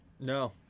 No